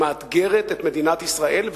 שמאתגרת את מדינת ישראל,